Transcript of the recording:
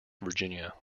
virginia